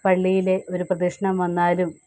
പള്ളിയിലെ ഒരു പ്രദക്ഷിണം വന്നാലും